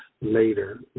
later